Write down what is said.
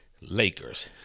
Lakers